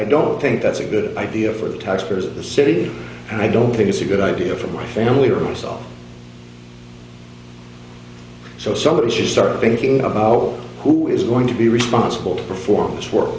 i don't think that's a good idea for the taxpayers of the city and i don't think it's a good idea for my family or herself so somebody should start thinking about who is going to be responsible to perform its w